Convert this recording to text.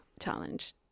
challenge